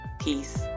Peace